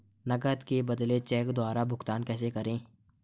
नकद के बदले चेक द्वारा भुगतान कैसे करें?